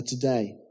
today